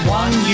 one